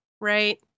right